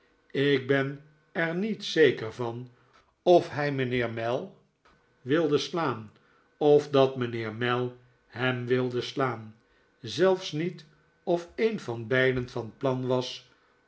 ik ben er niet zeker van of hij mijnheer mell wilde slaan of dat mijnheer mell hem wilde slaan zelfs niet of een van beiden van plan was